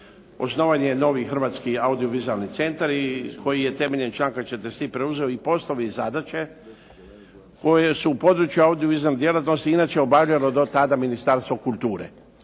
osnovan je novi Hrvatski audio-vizualni centar koji je temeljem članka 43. preuzeo i poslove i zadaće koje su u području audio-vizualnih djelatnosti inače obavljalo do tada Ministarstvo kulture.